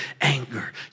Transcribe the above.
anger